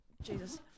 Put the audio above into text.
jesus